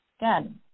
again